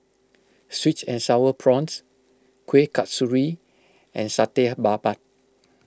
Sweet and Sour Prawns Kueh Kasturi and Satay Babat